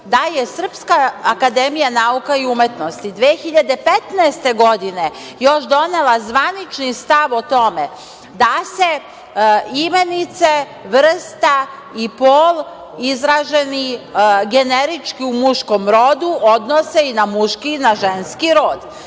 žutog preduzeća, da je SANU 2015. godine još donela zvanični stav o tome da se imenice, vrsta i pol izraženi generički u muškom rodu odnose i na muški i na ženski rod.